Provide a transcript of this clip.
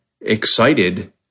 excited